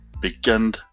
Begin